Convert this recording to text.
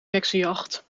heksenjacht